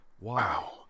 wow